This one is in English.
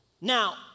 Now